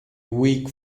weak